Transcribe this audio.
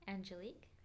Angelique